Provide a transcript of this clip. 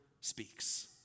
speaks